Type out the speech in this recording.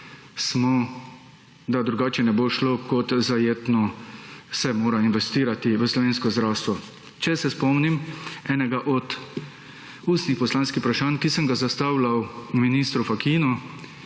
smo, da drugače ne bo šlo, kot zajetno se mora investirati v slovensko zdravstvo. Če se spomnim enega od ustnih poslanskih vprašanj, ki sem ga zastavljal ministru Fakinu,